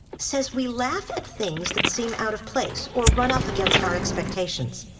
says we laugh at things that seem out of place or run up against our expectations,